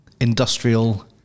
industrial